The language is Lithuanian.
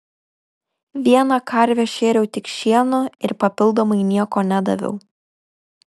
vieną karvę šėriau tik šienu ir papildomai nieko nedaviau